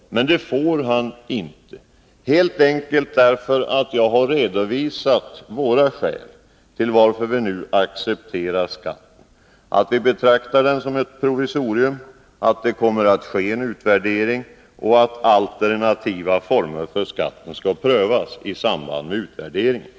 Men det får han inte, helt enkelt därför att jag har redovisat våra skäl till att vi nu accepterar skatten — att vi betraktar den som ett provisorium, att det kommer att ske en utvärdering och att alternativa former för skatten skall prövas i samband med utvärderingen.